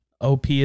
OP